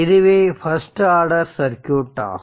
இதுவே first order circuit ஆகும்